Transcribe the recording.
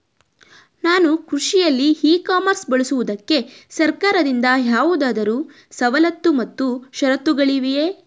ನಾನು ಕೃಷಿಯಲ್ಲಿ e commerce ಬಳಸುವುದಕ್ಕೆ ಸರ್ಕಾರದಿಂದ ಯಾವುದಾದರು ಸವಲತ್ತು ಮತ್ತು ಷರತ್ತುಗಳಿವೆಯೇ?